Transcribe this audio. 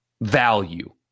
value